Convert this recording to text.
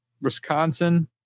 Wisconsin